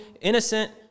innocent